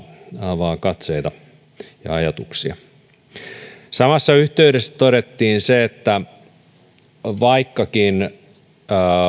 avaa katseita ja ajatuksia samassa yhteydessä todettiin se että vaikkakin